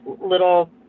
little